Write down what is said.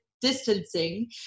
distancing